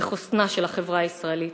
בחוסנה של החברה הישראלית.